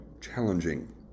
challenging